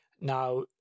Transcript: Now